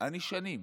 אני שנים